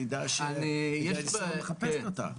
יידע שמדינת ישראל מחפשת אותם.